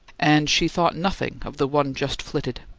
and she thought nothing of the one just flitted.